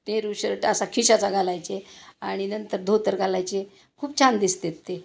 Nehru shirt असा खिशाचा घालायचे आणि नंतर धोतर घालायचे खूप छान दिसतेत ते